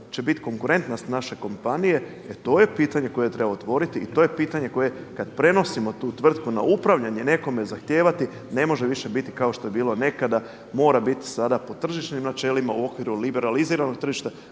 će biti konkurentnost naše kompanije, e to je pitanje koje treba otvoriti i to je pitanje koje kada prenosimo tu vrtku na upravljanje nekome zahtijevati ne može više biti kao što je bilo nekada, mora biti sada po tržišnim načelima u okviru liberaliziranog tržišta,